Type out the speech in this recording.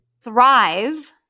Thrive